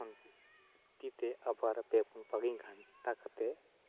ᱛᱤ ᱛᱮ ᱟᱵᱟᱨ ᱯᱮ ᱯᱩᱱ ᱯᱟᱠᱤᱧ ᱜᱷᱟᱱᱴᱟ ᱠᱟᱛᱮᱫ